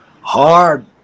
hard